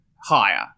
higher